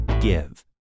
give